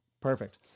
Perfect